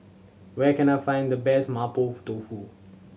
where can I find the best mapo tofu